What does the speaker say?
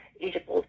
Egypt